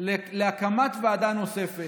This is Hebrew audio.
להקמת ועדה נוספת,